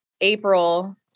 April